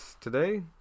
today